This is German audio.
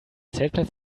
zeltplatz